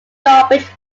garbage